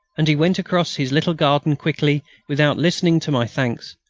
and he went across his little garden quickly, without listening to my thanks.